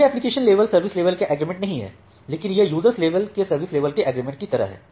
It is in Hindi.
यह एप्लीकेशन लेवल सर्विस लेवल का एग्रीमेंट नहीं है लेकिन यह यूज़र्स लेवल के सर्विस लेवल के एग्रीमेंट की तरह है